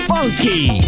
Funky